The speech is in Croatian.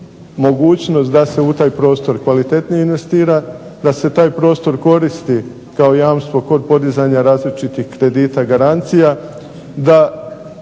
mogućnost da se u taj prostor kvalitetnije investira, da je taj prostor koristi kao jamstvo kod podizanja različitih kredita garancija,